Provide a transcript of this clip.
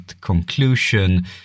conclusion